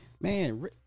man